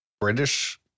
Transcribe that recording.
British